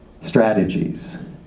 Strategies